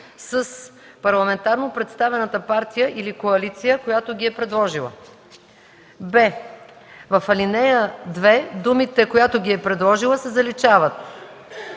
с „парламентарно представената партия или коалиция, която ги е предложила”; б) в ал. 2 думите „която ги е предложила” се заличава;